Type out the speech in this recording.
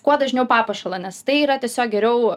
kuo dažniau papuošalą nes tai yra tiesiog geriau